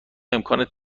امکان